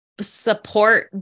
support